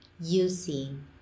using